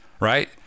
right